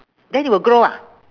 then it will grow ah